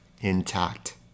intact